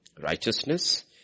Righteousness